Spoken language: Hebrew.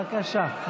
בבקשה.